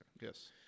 Yes